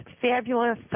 fabulous